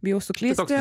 bijau suklysti